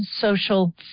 social